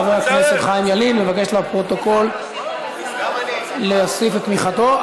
חבר הכנסת חיים ילין מבקש לפרוטוקול להוסיף את תמיכתו.